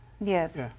Yes